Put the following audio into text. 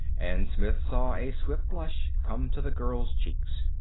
and smith saw a swift blush come to the girl's cheeks.